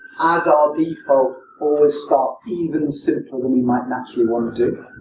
as our default, always start even simpler than we might naturally want to do?